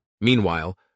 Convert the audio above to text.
Meanwhile